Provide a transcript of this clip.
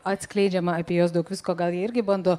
atskleidžiama apie juos daug visko gal jie irgi bando